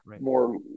more